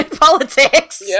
politics